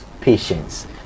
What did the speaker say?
patience